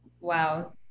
Wow